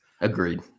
Agreed